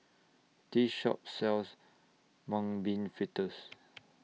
This Shop sells Mung Bean Fritters